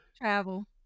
travel